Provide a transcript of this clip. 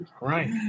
right